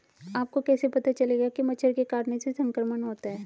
आपको कैसे पता चलेगा कि मच्छर के काटने से संक्रमण होता है?